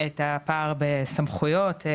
את הפער בסמכויות,